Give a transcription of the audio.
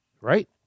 Right